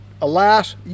alas